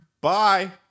Bye